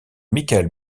michael